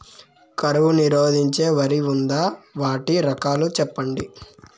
కరువు నిరోధించే వరి ఉందా? వాటి రకాలు చెప్పండి?